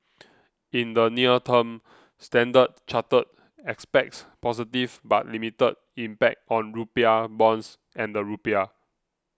in the near term Standard Chartered expects positive but limited impact on rupiah bonds and the rupiah